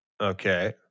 Okay